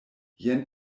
jen